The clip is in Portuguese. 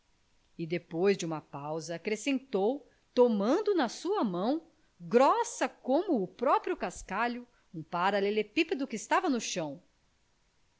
e depois de uma pausa acrescentou tomando na sua mão grossa como o próprio cascalho um paralelepípedo que estava no chão